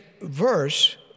verse